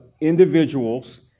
individuals